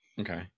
Okay